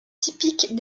typiques